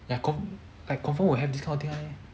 ya con~ like confirm will have this kind of thing one leh